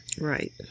Right